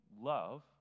love